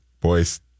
Boys